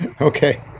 Okay